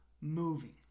Moving